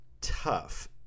tough